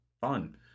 fun